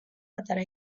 პატარა